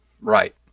right